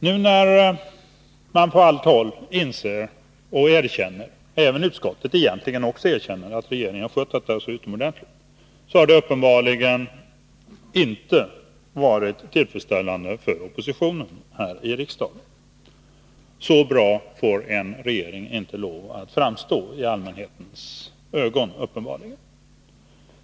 Att man nu på alla håll inser och erkänner — egentligen gör även utsko'tet det — att regeringen har skött ubåtsaffären på ett utomordentligt sätt, är uppenbarligen inte tillfredsställande för oppositionen här i riksdagen. Så bra får en regering inte lov att framstå i allmänhetens ögon.